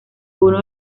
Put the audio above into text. uno